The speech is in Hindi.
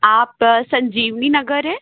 आप संजीवनी नगर है